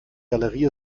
galerie